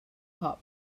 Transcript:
hop